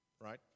Right